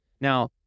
Now